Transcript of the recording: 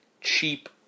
cheap